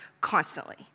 constantly